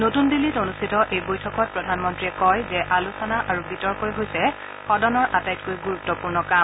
নতুন দিল্লীত অনুষ্ঠিত এই বৈঠকত প্ৰধানমন্ত্ৰীয়ে কয় যে আলোচনা আৰু বিতৰ্কই হৈছে সদনৰ আটাইতকৈ গুৰুত্বপূৰ্ণ কাম